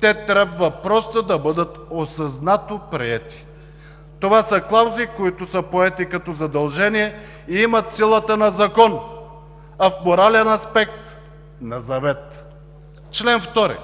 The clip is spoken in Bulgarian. те трябва просто да бъдат осъзнато приети. Това са клаузи, които са поети като задължение, и имат силата на закон, а в морален аспект – на завет: „Чл. 2.